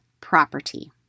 property